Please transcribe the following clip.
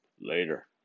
Later